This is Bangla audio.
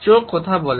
চোখ কথা বলে